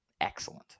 excellent